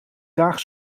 graag